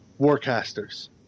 Warcasters